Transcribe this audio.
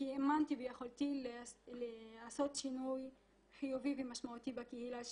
האמנתי ביכולתי לעשות שינוי חיובי ומשמעותי בקהילה שלי,